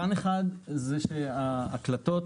פן אחד הוא שההקלטות